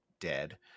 dead